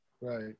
right